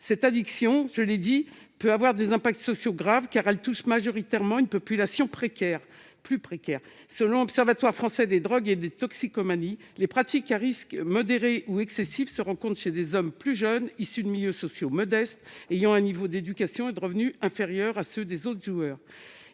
cette addiction, je l'ai dit, peut avoir des impacts sociaux graves, car elle touche majoritairement une population plus précaire. Selon l'Observatoire français des drogues et des toxicomanies (OFDT), les pratiques à risque modéré ou excessif se rencontrent chez des hommes plus jeunes, issus de milieux sociaux modestes, ayant un niveau d'éducation et des revenus inférieurs à ceux des autres joueurs.